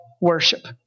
worship